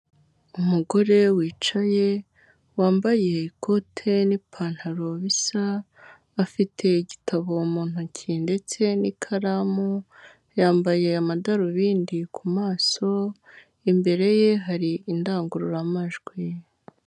Umugore wicaye wambaye ikote n'ipantaro bisa, afite igitabo mu ntoki ndetse n'ikaramu, yambaye amadarubindi ku maso, imbere ye hari indangururamajwi.